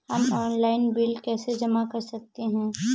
हम online bill कैसे जमा कर सकते हैं?